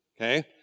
Okay